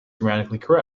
grammatically